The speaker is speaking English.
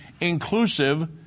inclusive